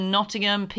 Nottingham